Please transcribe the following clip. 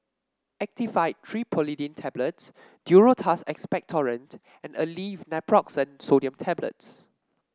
Actifed Triprolidine Tablets Duro Tuss Expectorant and Aleve Naproxen Sodium Tablets